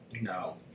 No